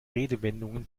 redewendungen